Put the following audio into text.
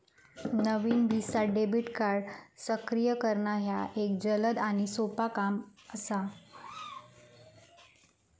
नवीन visa debit card सक्रिय करणा ह्या एक जलद आणि सोपो काम असा